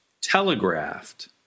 telegraphed